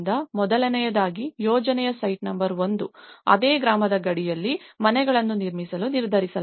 ಮೊದಲನೆಯದಾಗಿ ಯೋಜನೆಯ site number 1 ಅದೇ ಗ್ರಾಮದ ಗಡಿಯಲ್ಲಿ ಮನೆಗಳನ್ನು ನಿರ್ಮಿಸಲು ನಿರ್ಧರಿಸಲಾಯಿತು